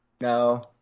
no